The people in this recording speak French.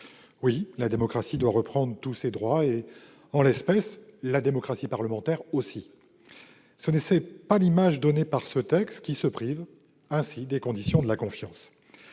Oui, la démocratie doit reprendre tous ses droits et, en l'espèce, la démocratie parlementaire aussi. Or ce n'est pas l'image donnée par ce texte, qui se prive ainsi des conditions de la confiance.